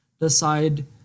decide